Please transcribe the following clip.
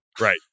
Right